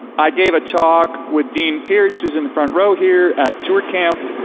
i gave a talk with dean pierce, who's in the front row here at tour camp,